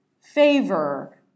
favor